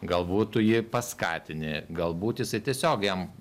galbūt tu jį paskatini galbūt jisai tiesiog jam